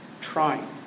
trying